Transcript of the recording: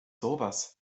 sowas